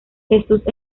jesús